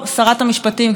גברתי איילת שקד,